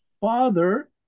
father